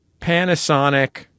Panasonic